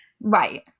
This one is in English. right